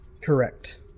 Correct